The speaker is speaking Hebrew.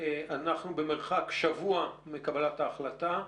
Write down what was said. נכון, אנחנו במרחק שבוע מקבלת ההחלטה,